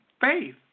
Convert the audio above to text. Faith